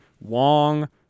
Wong